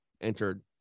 entered